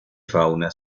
fauna